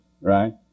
right